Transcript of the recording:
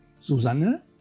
Susanne